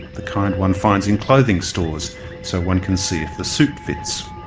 the kind one finds in clothing stores so one can see if the suit fits.